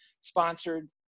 sponsored